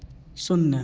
शून्य